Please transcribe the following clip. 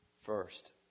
First